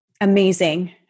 Amazing